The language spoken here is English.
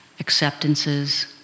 acceptances